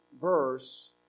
verse